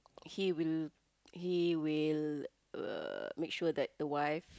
he will he will uh make sure that the wife